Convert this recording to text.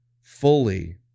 fully